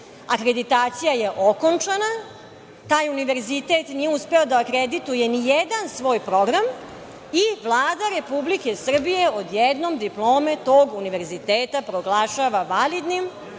Akreditacija je okončana, taj univerzitet nije uspeo da akredituje ni jedan svoj program i Vlada Republike Srbije odjednom diplome tog univerziteta proglašava validnim,